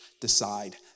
decide